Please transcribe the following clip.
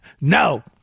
No